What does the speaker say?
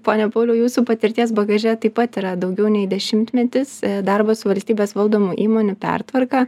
pone pauliau jūsų patirties bagaže taip pat yra daugiau nei dešimtmetis darbas su valstybės valdomų įmonių pertvarka